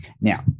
Now